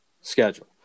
schedule